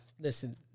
listen